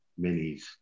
minis